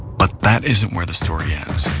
but that isn't where the story ends,